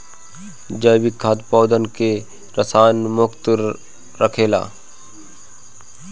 जैविक खाद पौधन के रसायन मुक्त रखेला